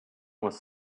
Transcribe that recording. was